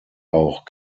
auch